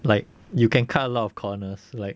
like you can cut a lot of corners like